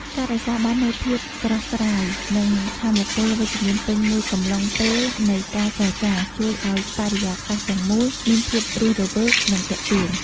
ការរក្សាបាននូវភាពស្រស់ស្រាយ និងថាមពលវិជ្ជមានពេញមួយកំឡុងពេលនៃការចរចា ជួយឱ្យបរិយាកាសទាំងមូលមានភាពរស់រវើក និងទាក់ទាញ។